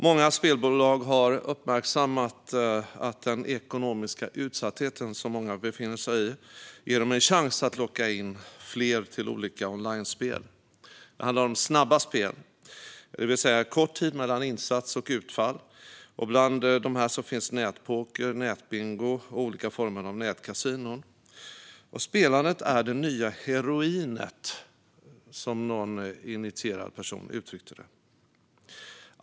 Många spelbolag har uppmärksammat att den ekonomiska utsatthet som många befinner sig i ger dem en chans att locka in fler till olika onlinespel. Det handlar om snabba spel, det vill säga spel med kort tid mellan insats och utfall. Bland dessa finns nätpoker, nätbingo och olika former av nätkasinon. Spelandet är det nya heroinet, som någon initierad person uttryckte det.